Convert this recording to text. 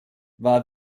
war